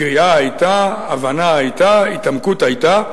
קריאה היתה, הבנה היתה, התעמקות היתה,